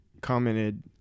commented